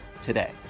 today